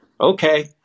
okay